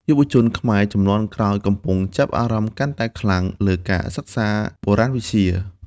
យុវជនខ្មែរជំនាន់ក្រោយកំពុងចាប់អារម្មណ៍កាន់តែខ្លាំងលើការសិក្សាបុរាណវិទ្យា។